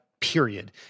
period